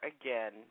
again